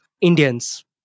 Indians